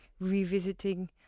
revisiting